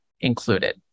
included